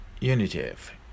unitive